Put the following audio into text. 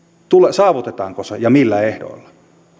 saavutetaanko se ja millä ehdoilla